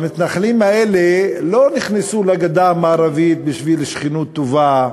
המתנחלים האלה לא נכנסו לגדה המערבית בשביל שכנות טובה,